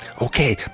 Okay